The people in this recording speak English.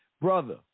Brother